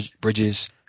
bridges